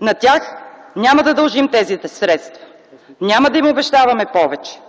„На тях няма да дължим тези средства. Няма да им обещаваме повече.”